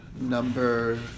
number